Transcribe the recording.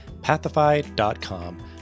pathify.com